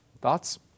Thoughts